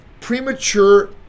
premature